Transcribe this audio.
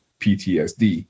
ptsd